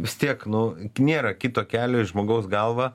vis tiek nu nėra kito kelio į žmogaus galvą